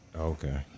Okay